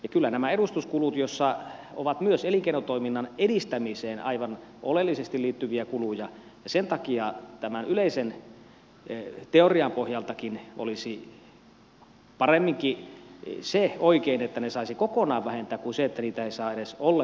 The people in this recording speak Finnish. kyllä nämä edustuskulut ovat myös elinkeinotoiminnan edistämiseen aivan oleellisesti liittyviä kuluja ja sen takia tämän yleisen teorian pohjaltakin olisi paremminkin se oikein että ne saisi kokonaan vähentää kuin se että niitä ei saa edes ollenkaan vähentää